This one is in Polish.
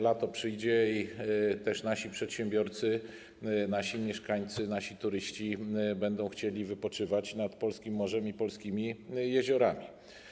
Lato przyjdzie i nasi przedsiębiorcy, nasi mieszkańcy, nasi turyści będą chcieli wypoczywać nad polskim morzem i polskimi jeziorami.